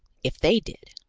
if they did?